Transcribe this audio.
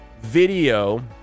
video